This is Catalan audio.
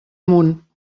munt